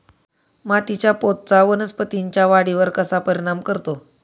मातीच्या पोतचा वनस्पतींच्या वाढीवर कसा परिणाम करतो?